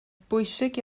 bwysig